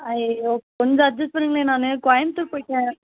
ஐய்யோ கொஞ்சம் அட்ஜெஸ் பண்ணுங்களேன் நான் கோயம்புத்தூர் போய்விட்டேன்